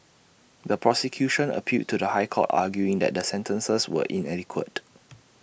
the prosecution appealed to the High Court arguing that the sentences were inadequate